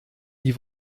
die